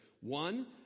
One